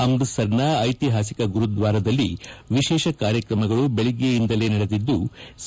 ಅಮ್ನತಸರ್ನ ಐತಿಹಾಸಿಕ ಗುರುದ್ನಾರದಲ್ಲಿ ವಿಶೇಷ ಕಾರ್ಯಕ್ರಮಗಳು ಬೆಳಗ್ಗೆಯಿಂದಲೇ ನಡೆದಿದ್ಲು